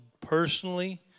personally